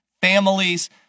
families